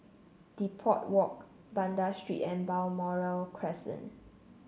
Depot Walk Banda Street and Balmoral Crescent